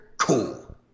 Cool